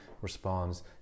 responds